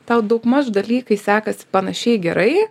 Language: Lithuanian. tau daugmaž dalykai sekasi panašiai gerai